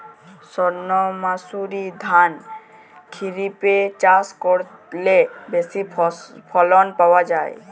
সর্ণমাসুরি ধান খরিপে চাষ করলে বেশি ফলন পাওয়া যায়?